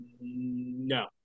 No